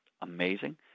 amazing